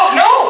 no